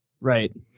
Right